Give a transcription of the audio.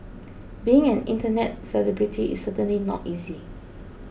being an internet celebrity is certainly not easy